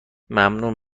ممنون